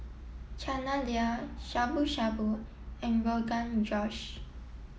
Chana Dal Shabu Shabu and Rogan Josh